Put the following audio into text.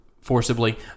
forcibly